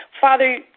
Father